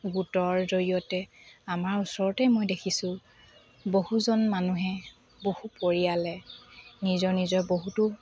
গোটৰ জৰিয়তে আমাৰ ওচৰতেই মই দেখিছোঁ বহুজন মানুহে বহু পৰিয়ালে নিজৰ নিজৰ বহুতো